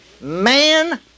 man